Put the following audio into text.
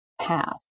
path